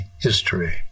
History